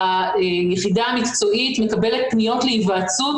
היחידה המקצועית מקבלת פניות להיוועצות